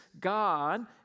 God